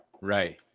right